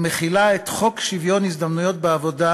ומחילה את חוק שוויון ההזדמנויות בעבודה